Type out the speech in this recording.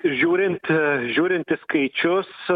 žiūrint žiūrint į skaičius